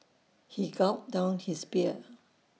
he gulped down his beer